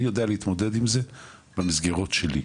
אני יודע להתמודד עם זה במסגרות של זה.